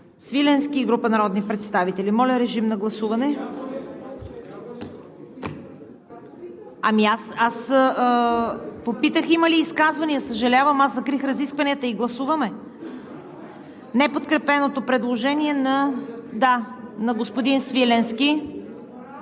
Свиленски и група народни представители. (Реплика от „БСП за България.) Ами аз попитах има ли изказвания? Съжалявам, аз закрих разискванията и гласуваме неподкрепеното предложение на господин Свиленски.